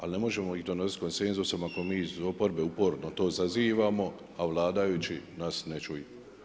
Ali ne možemo ih donositi konsenzusom ako mi iz oporbe uporno to zazivamo, a vladajući nas ne čuju.